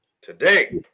today